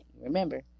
Remember